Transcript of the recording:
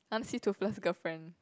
I want to see Toothless girlfriend